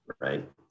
right